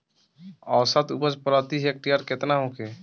औसत उपज प्रति हेक्टेयर केतना होखे?